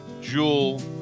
Jewel